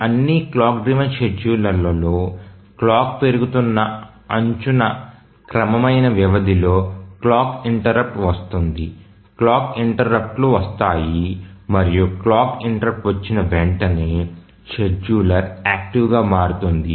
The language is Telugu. ఈ అన్ని క్లాక్ డ్రివెన్ షెడ్యూలర్లలో క్లాక్ పెరుగుతున్న అంచున క్రమమైన వ్యవధిలో క్లాక్ ఇంటెర్రుప్ట్ వస్తుంది క్లాక్ ఇంటెర్రుప్ట్లు వస్తాయి మరియు క్లాక్ ఇంటెర్రుప్ట్ వచ్చిన వెంటనే షెడ్యూలర్ యాక్టివ్ గా మారుతుంది